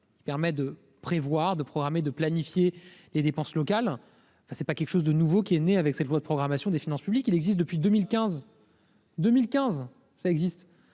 Dell permet de prévoir de programmer de planifier les dépenses locales, enfin c'est pas quelque chose de nouveau qui est né avec cette loi de programmation des finances publiques, il existe depuis 2015. 2015, ça existe,